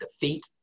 defeat